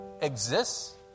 exists